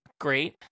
great